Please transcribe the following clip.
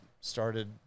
started